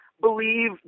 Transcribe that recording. believe